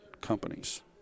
companies